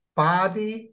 body